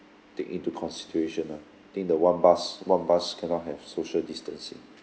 take into consideration lah think the one bus one bus cannot have social distancing